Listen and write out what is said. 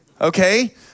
Okay